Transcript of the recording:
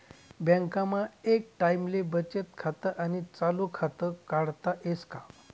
बँकमा एक टाईमले बचत खातं आणि चालू खातं काढता येस का?